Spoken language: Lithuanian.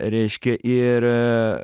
reiškia ir